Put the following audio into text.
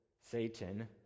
satan